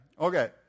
Okay